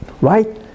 right